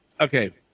Okay